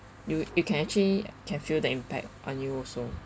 you you can actually can feel the impact on you also